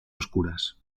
oscuras